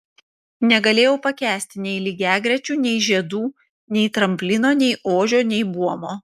negalėjau pakęsti nei lygiagrečių nei žiedų nei tramplino nei ožio nei buomo